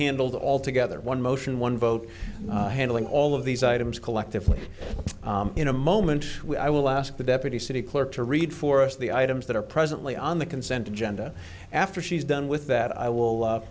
handled all together in one motion one vote handling all of these items collectively in a moment i will ask the deputy city clerk to read for us the items that are presently on the consent agenda after she's done with that i will